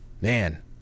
man